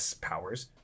powers